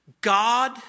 God